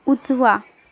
उजवा